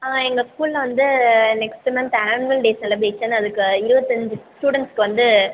எங்கள் ஸ்கூலில் வந்து next month annual day celebration அதுக்கு இருபத்தஞ்சு ஸ்டூடண்ட்ஸ்க்கு வந்து